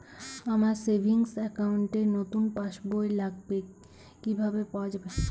আমার savings account র নতুন পাসবই লাগবে, কিভাবে পাওয়া যাবে?